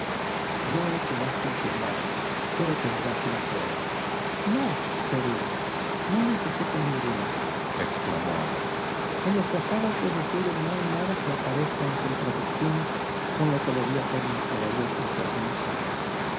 no he hecho más que afirmar pero tendrás la prueba no querida no necesito ningunaexclamó ana en lo que acabas de decir no hay nada que aparezca en contradicción con lo que debía ser míster elliot hace algunos años